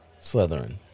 Slytherin